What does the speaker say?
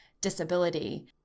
disability